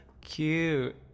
Cute